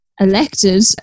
elected